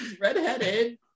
redheaded